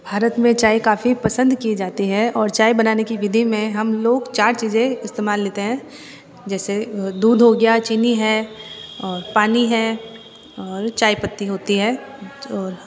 भारत में चाय काफ़ी पसंद की जाती है और चाय बनाने की विधि में हम लोग चार चीज़ें इस्तेमाल लेते हैं जैसे दूध हो गया चीनी है और पानी है और चाय पत्ती होती है जो